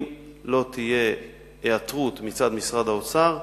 אם לא תהיה היעתרות מצד משרד האוצר,